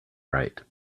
right